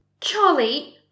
Charlie